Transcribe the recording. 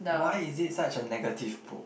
why is it such a negative book